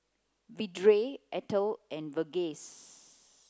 Vedre Atal and Verghese